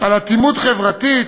אטימות חברתית,